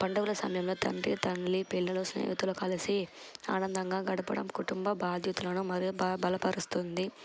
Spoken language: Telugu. పండుగల సమయంలో తండ్రి తల్లి పిల్లలు స్నేహితులు కలిసి ఆనందంగా గడపడం కుటుంబ బాధ్యతలను మరియు బ బలపరుస్తుంది